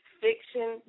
fiction